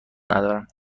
ندارم